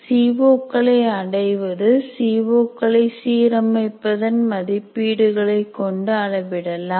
C O களை அடைவது C O களை சீரமைப்பதன் மதிப்பீடுகளை கொண்டு அளவிடலாம்